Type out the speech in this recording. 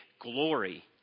glory